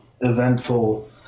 eventful